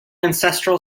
ancestral